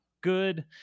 good